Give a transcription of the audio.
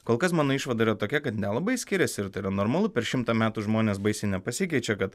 kol kas mano išvada yra tokia kad nelabai skiriasi ir tai yra normalu per šimtą metų žmonės baisiai nepasikeičia kad